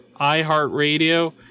iHeartRadio